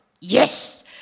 yes